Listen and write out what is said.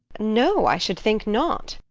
no, i should think not.